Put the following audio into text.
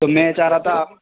تو میں یہ چاہ رہا تھا